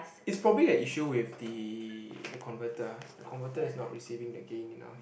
is probably a issue with the the converter ah the converter is not receiving the gain enough